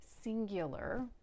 singular